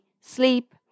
sleep